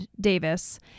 Davis